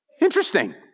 Interesting